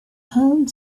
old